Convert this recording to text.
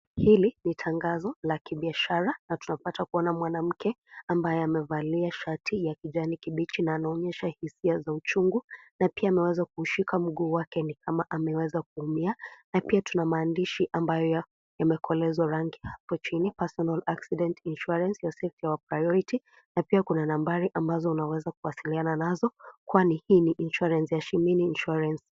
Hili ni tangazo la kibiashara na tunapata kuona mwanamke ambaye amevalia shati ya kijani kibichi na anaonyesha hisia za uchungu na pia ameweza kuushika mguu wake ni kama ameweza kuumia na pia tuna maandishi ambayo yamekolezwa rangi hapo chini personal accident insurance , your safety our priority na pia kuna nambari ambazo unaweza kuwasiliana nazo kwani hii ni insurance ya Shimini Insurance.